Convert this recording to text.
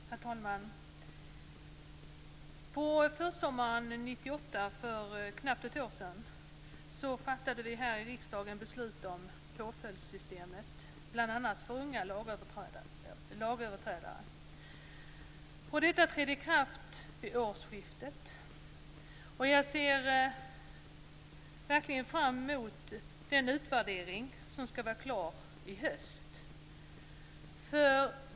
Herr talman! På försommaren 1998, för knappt ett år sedan, fattade vi här i riksdagen beslut om påföljdssystemet bl.a. för unga lagöverträdare. Detta trädde i kraft vid årsskiftet. Jag ser verkligen fram emot den utvärdering som skall vara klar i höst.